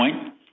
point